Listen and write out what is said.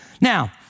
Now